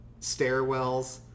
stairwells